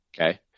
Okay